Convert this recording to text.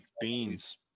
Beans